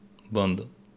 ਬੰਦ